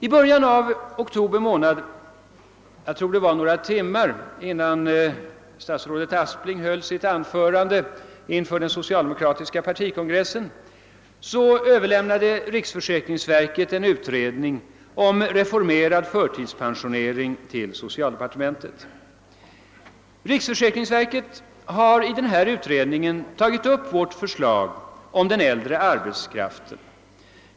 I början av oktober månad — jag tror att det var några timmar innan statsrådet Aspling höll sitt anförande inför den socialdemokratiska partikongressen — Överlämnade riksförsäkringsverket en utredning om reformerad förtidspensionering till socialdepartementet. Riksförsäkringsverket har i denna utredning tagit upp vårt förslag om den äldre arbetskraften.